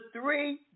three